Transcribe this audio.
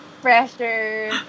pressure